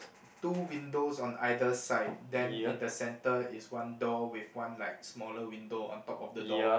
two windows on either side then in the center is one door with one like smaller window on top of the door